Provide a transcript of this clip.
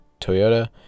Toyota